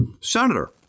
Senator